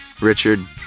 Richard